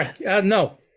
No